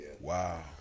wow